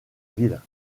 ville